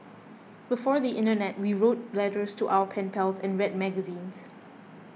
before the internet we wrote letters to our pen pals and read magazines